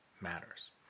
matters